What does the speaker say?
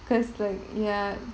because like ya